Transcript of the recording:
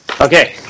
Okay